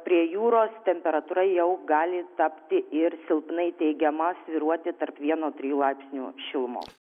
prie jūros temperatūra jau gali tapti ir silpnai teigiama svyruoti tarp vieno trijų laipsnių šilumos